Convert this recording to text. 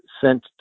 sent